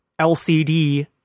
LCD